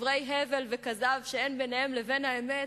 בדברי הבל וכזב שאין ביניהם לבין האמת,